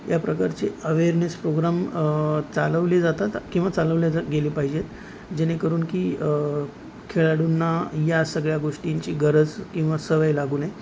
या प्र्कारचे awareness programme चालवले जातात किंवा चालवल्या ज गेले पाहिजेत जेणेकरून की खेळाडूंना या सगळ्या गोष्टींची गरज किंवा सवय लागू नये